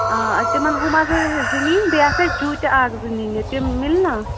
آ تِمن زٕ نِنۍ بیٚیہِ آسہٕ جوٗتہِ اکھ زٕ نِنہِ تِم مِلہٕ نا